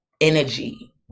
energy